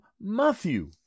Matthew